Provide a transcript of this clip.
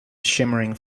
shimmering